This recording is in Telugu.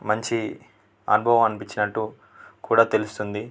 మంచి అనుభవం అనిపించినట్టు కూడా తెలుస్తుంది